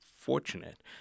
fortunate